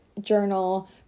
journal